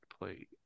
play